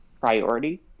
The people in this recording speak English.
priority